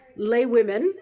laywomen